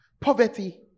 Poverty